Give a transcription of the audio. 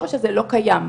השורש הזה לא קיים,